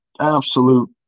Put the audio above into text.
absolute